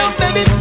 baby